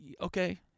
Okay